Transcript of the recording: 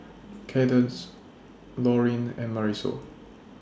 Cadence Lauryn and Marisol